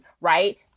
right